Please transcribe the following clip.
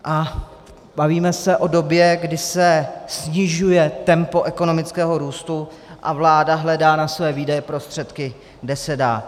A bavíme se o době, kdy se snižuje tempo ekonomického růstu a vláda hledá na své výdaje prostředky, kde se dá.